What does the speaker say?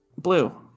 blue